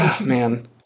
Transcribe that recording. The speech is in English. man